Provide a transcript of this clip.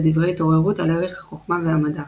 ודברי התעוררות על ערך החכמה והמדע